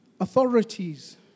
authorities